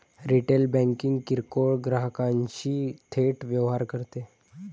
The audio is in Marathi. रिटेल बँकिंग किरकोळ ग्राहकांशी थेट व्यवहार करते